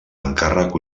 encàrrec